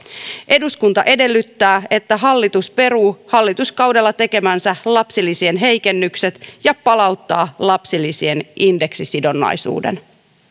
eduskunta edellyttää että hallitus peruu hallituskaudella tekemänsä lapsilisien heikennykset ja palauttaa lapsilisien indeksisidonnaisuuden